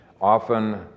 often